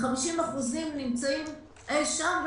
ו-50% נמצאים אי שם,